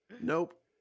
Nope